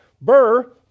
Burr